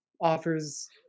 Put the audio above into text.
offers